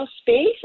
space